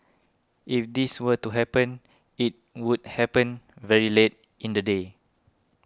if this were to happen it would happen very late in the day